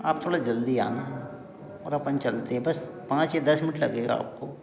आप थोड़ा जल्दी आना और अपन चलते हैं बस पाँच या दस मिंट लगेगा आपको